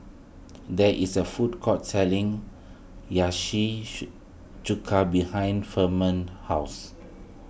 there is a food court selling Chuka behind Firman's house